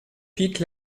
pic